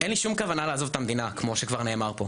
אין לי שום כוונה לעזוב את המדינה כמו שכבר נאמר פה,